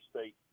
state